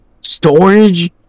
storage